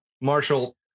Marshall